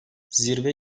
zirve